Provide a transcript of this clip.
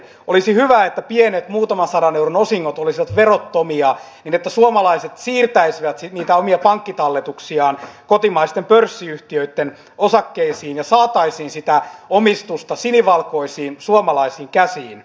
olisi hyvä että pienet muutaman sadan euron osingot olisivat verottomia niin että suomalaiset siirtäisivät niitä omia pankkitalletuksiaan kotimaisten pörssiyhtiöitten osakkeisiin ja saataisiin sitä omistusta sinivalkoisiin suomalaisiin käsiin